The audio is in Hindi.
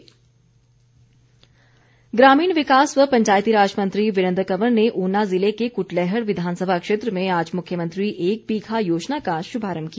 वीरेन्द्र कंवर ग्रामीण विकास व पंचायतीराज मंत्री वीरेन्द्र कंवर ने ऊना ज़िले के क्टलैहड़ विधानसभा क्षेत्र में आज मुख्यमंत्री एक बीघा योजना का श्भारंभ किया